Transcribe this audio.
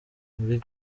muri